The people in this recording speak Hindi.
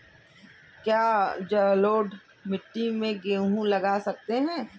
क्या जलोढ़ मिट्टी में गेहूँ लगा सकते हैं?